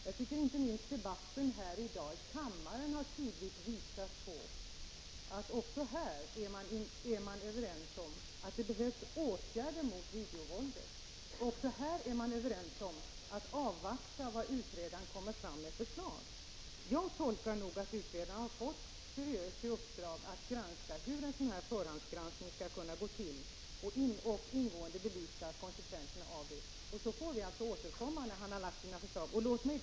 Jag tycker att inte minst dagens debatt här i kammaren har visat att vi också här är överens om att det behövs åtgärder mot videovåldet. Också här är man överens om att avvakta vilka förslag utredaren kommer fram med. Jag tolkar det så att utredaren har fått ett seriöst uppdrag att utreda hur en sådan här förhandsgranskning skall gå till och ingående belysa konsekvenserna härav. Sedan utredaren framlagt sina förslag får vi återkomma.